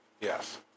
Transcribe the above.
Yes